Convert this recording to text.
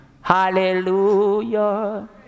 Hallelujah